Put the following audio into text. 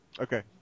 Okay